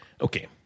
Okay